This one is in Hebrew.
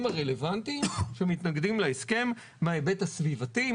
הרלוונטיים שמתנגדים להסכם מההיבט הסביבתי,